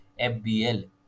FBL